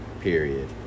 period